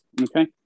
okay